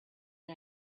the